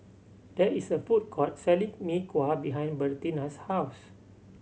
there is a food court selling Mee Kuah behind Bertina's house